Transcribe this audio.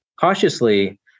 cautiously